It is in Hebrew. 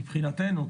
מבחינתנו,